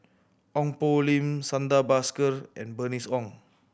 Ong Poh Lim Santha Bhaskar and Bernice Ong